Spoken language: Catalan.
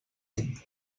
tinc